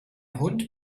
hund